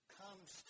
comes